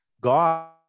God